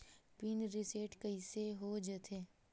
Pin reset कइसे हो जाथे?